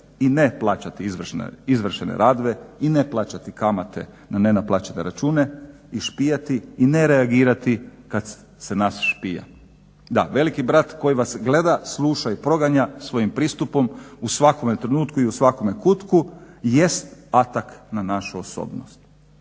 i ne plaćati izvršene radove, i ne plaćati kamate na nenaplaćene račune, i špijati, i ne reagirati kad se nas špija. Da veliki brat koji vas gleda, sluša i proganja svojim pristupom u svakome trenutku i u svakome kutku jest atak na našu osobnost.